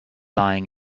lying